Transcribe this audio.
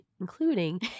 including